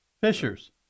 Fishers